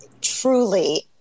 truly